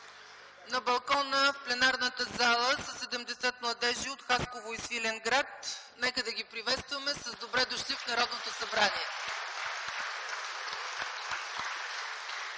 на балкона в пленарната зала са 70 младежи от Хасково и Свиленград. Нека ги приветстваме с „Добре дошли” в Народното събрание!